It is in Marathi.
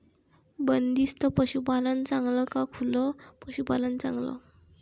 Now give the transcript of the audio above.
बंदिस्त पशूपालन चांगलं का खुलं पशूपालन चांगलं?